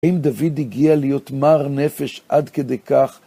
האם דוד הגיע להיות מר נפש עד כדי כך,